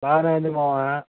బాగానేఉంది మావ